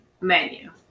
menu